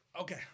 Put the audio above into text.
Okay